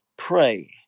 Pray